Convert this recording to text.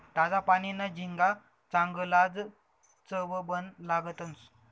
ताजा पानीना झिंगा चांगलाज चवबन लागतंस